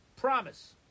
Promise